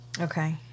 Okay